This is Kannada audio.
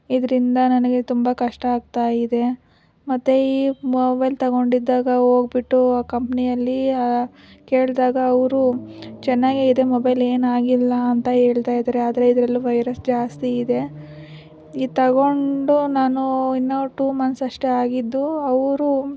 ಇದರಿಂದ ನನಗೆ ತುಂಬ ಕಷ್ಟ ಆಗ್ತಾ ಇದೆ ಮತ್ತು ಈ ಮೊಬೈಲ್ ತಗೊಂಡಿದ್ದಾಗ ಹೋಗ್ಬಿಟ್ಟು ಕಂಪ್ನಿಯಲ್ಲಿ ಕೇಳಿದಾಗ ಅವರು ಚೆನ್ನಾಗೇ ಇದೆ ಮೊಬೈಲ್ ಏನು ಆಗಿಲ್ಲ ಅಂತ ಹೇಳ್ತಾ ಇದ್ದಾರೆ ಆದರೆ ಇದರಲ್ಲಿ ವೈರಸ್ ಜಾಸ್ತಿ ಇದೆ ಇದು ತಗೊಂಡು ನಾನು ಇನ್ನೂ ಟೂ ಮಂತ್ಸ್ ಅಷ್ಟೇ ಆಗಿದ್ದು ಅವರು